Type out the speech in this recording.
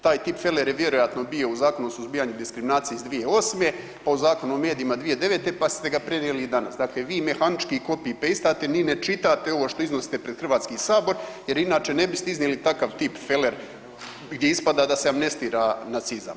Taj tipfeler je vjerojatno bio u Zakonu o suzbijanju diskriminacije iz 2008., pa u Zakonu o medijima 2009., pa ste ga prenijeli i danas, dakle vi mehanički copy pastate, ni ne čitate ovo što iznosite pred HS jer inače ne biste iznijeli takav tipfeler gdje ispada da se amnestira nacizam.